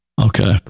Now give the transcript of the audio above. Okay